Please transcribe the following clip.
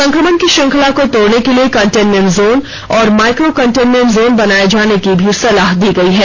संक्रमण की श्रंखला को तोड़ने के लिए कन्टेनमेंट जोन और माइक्रो कंटेनमेंट जोन बनाए जाने की भी सलाह दी गई है